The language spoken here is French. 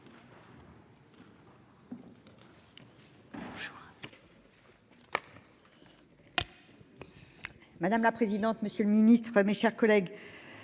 Madame la présidente. Monsieur le Ministre, mes chers collègues.